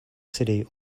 city